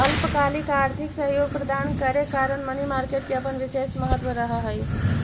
अल्पकालिक आर्थिक सहयोग प्रदान करे कारण मनी मार्केट के अपन विशेष महत्व रहऽ हइ